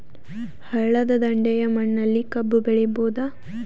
ಹಳ್ಳದ ದಂಡೆಯ ಮಣ್ಣಲ್ಲಿ ಕಬ್ಬು ಬೆಳಿಬೋದ?